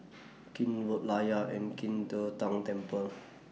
Keene Road Layar and Qing De Tang Temple